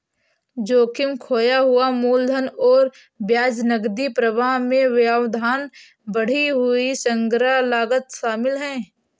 जोखिम, खोया हुआ मूलधन और ब्याज, नकदी प्रवाह में व्यवधान, बढ़ी हुई संग्रह लागत शामिल है